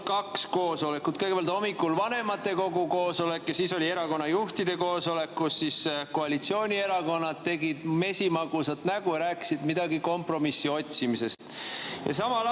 kaks koosolekut: kõigepealt hommikul vanematekogu koosolek ja siis erakonnajuhtide koosolek, kus koalitsioonierakonnad tegid mesimagusat nägu ja rääkisid midagi kompromissi otsimisest. Samal